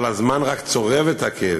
אבל הזמן רק צורב את הכאב,